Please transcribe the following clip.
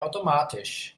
automatisch